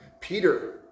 Peter